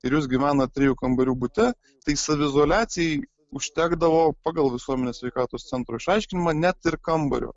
ir jūs gyvenat trijų kambarių bute tai saviizoliacijai užtekdavo pagal visuomenės sveikatos centro išaiškinimą net ir kambario